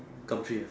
Gumtree ah